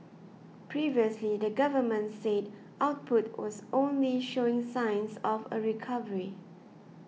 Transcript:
previously the government said output was only showing signs of a recovery